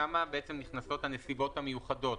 שם נכנסות הנסיבות המיוחדות.